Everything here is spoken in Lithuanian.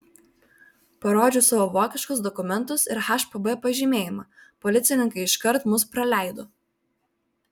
parodžiau savo vokiškus dokumentus ir hpb pažymėjimą policininkai iškart mus praleido